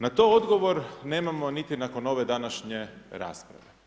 Na to odgovor nemamo niti nakon ove današnje rasprave.